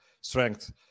strength